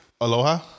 Aloha